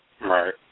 Right